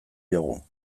diogu